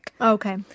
Okay